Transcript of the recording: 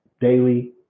daily